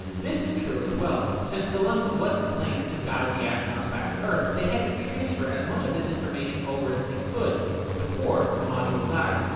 this is true as well. since the lem wasn't planned to guide the astronauts back to earth, they had to transfer as much of this information over as they could before the module died.